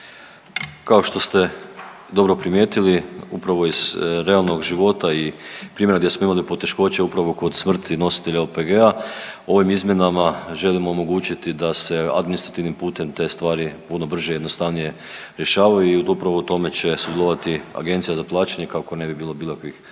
Kao što ste dobro primijetili, upravo iz realnog života i primjera gdje smo imali poteškoće upravo kod smrti nositelja OPG-a ovim izmjenama želimo omogućiti da se administrativnim putem te stvari puno brže i jednostavnije rješavaju i upravo u tome će sudjelovati Agencija za plaćanje kako ne bi bilo ikakvih